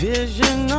vision